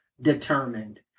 determined